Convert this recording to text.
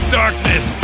darkness